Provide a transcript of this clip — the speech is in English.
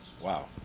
Wow